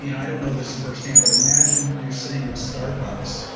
you know i don't know this firsthand, but imagine you're sitting with starbucks.